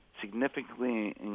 significantly